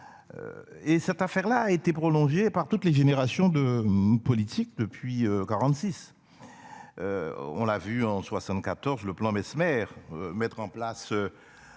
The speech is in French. Et cette affaire-là a été prolongé par toutes les générations de politique depuis 46. On l'a vu en 74, le plan Messmer, mettre en place.